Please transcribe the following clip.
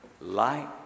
light